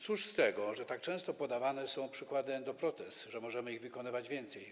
Cóż z tego, że tak często podawane są przykłady endoprotez, że możemy ich wykonywać więcej.